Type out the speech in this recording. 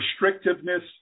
restrictiveness